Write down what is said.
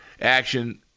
action